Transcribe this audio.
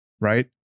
right